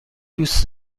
دوست